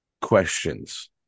questions